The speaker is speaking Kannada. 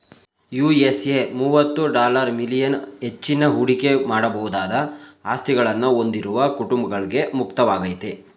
ಯು.ಎಸ್.ಎ ಮುವತ್ತು ಡಾಲರ್ ಮಿಲಿಯನ್ ಹೆಚ್ಚಿನ ಹೂಡಿಕೆ ಮಾಡಬಹುದಾದ ಆಸ್ತಿಗಳನ್ನ ಹೊಂದಿರುವ ಕುಟುಂಬಗಳ್ಗೆ ಮುಕ್ತವಾಗೈತೆ